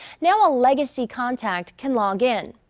now a legacy contact can log-in.